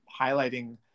highlighting